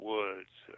Woods